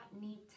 need